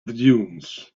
dunes